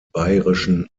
bayerischen